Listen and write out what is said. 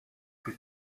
plus